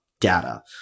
data